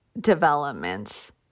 developments